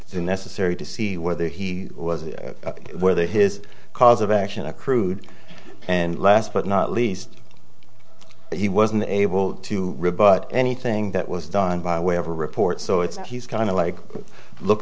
through necessary to see whether he was where the his cause of action accrued and last but not least he wasn't able to rebut anything that was done by way of a report so it's he's kind of like look